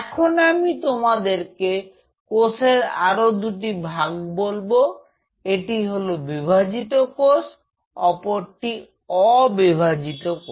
এখন আমি তোমাদেরকে কোষের আরও দুটি ভাগ বলবো একটি হলো বিভাজিত কোষ ও অপরটি অবিভাজিত কোষ